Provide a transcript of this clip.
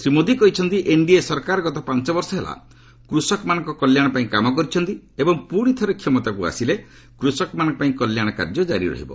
ଶ୍ରୀ ମୋଦି କହିଛନ୍ତି ଏନ୍ଡିଏ ସରକାର ଗତ ପାଞ୍ଚ ବର୍ଷ ହେଲା କୃଷକମାନଙ୍କ କଲ୍ୟାଣ ପାଇଁ କାମ କରିଛନ୍ତି ଏବଂ ପୁଣି ଥରେ କ୍ଷମତାକୁ ଆସିଲେ କୃଷକମାନଙ୍କ ପାଇଁ କଲ୍ୟାଣ କାର୍ଯ୍ୟ କାରି ରହିବ